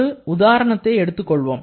ஒரு உதாரணத்தை எடுத்துக் கொள்வோம்